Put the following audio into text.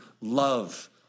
love